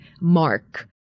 mark